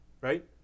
right